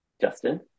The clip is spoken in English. Justin